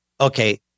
Okay